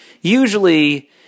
usually